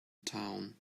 town